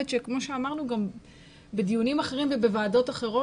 שכמו שאמרנו גם בדיונים אחרים ובוועדות אחרות,